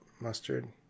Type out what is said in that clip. mustard